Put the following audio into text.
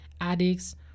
addicts